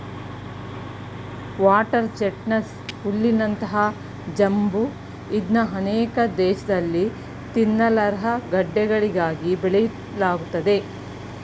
water chestnut ಹುಲ್ಲಿನಂತ ಜಂಬು ಇದ್ನ ಅನೇಕ ದೇಶ್ದಲ್ಲಿ ತಿನ್ನಲರ್ಹ ಗಡ್ಡೆಗಳಿಗಾಗಿ ಬೆಳೆಯಲಾಗ್ತದೆ